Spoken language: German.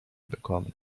bekommen